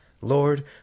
Lord